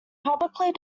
publicly